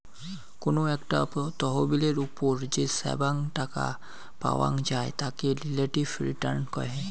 কোনো একটা তহবিলের ওপর যে ছাব্যাং টাকা পাওয়াং যাই তাকে রিলেটিভ রিটার্ন কহে